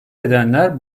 edenler